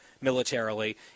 militarily